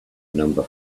number